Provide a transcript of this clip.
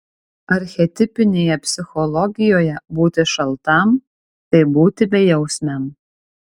archetipinėje psichologijoje būti šaltam tai būti bejausmiam